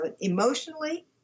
emotionally